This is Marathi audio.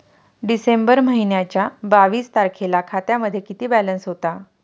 डिसेंबर महिन्याच्या बावीस तारखेला खात्यामध्ये किती बॅलन्स होता?